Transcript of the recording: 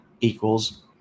Equals